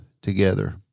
together